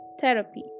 Therapy